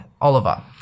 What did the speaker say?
Oliver